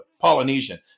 polynesian